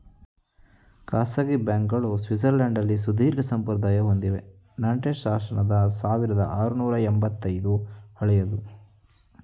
ಖಾಸಗಿ ಬ್ಯಾಂಕ್ಗಳು ಸ್ವಿಟ್ಜರ್ಲ್ಯಾಂಡ್ನಲ್ಲಿ ಸುದೀರ್ಘಸಂಪ್ರದಾಯ ಹೊಂದಿವೆ ನಾಂಟೆಸ್ ಶಾಸನದ ಸಾವಿರದಆರುನೂರು ಎಂಬತ್ತ ಐದು ಹಳೆಯದು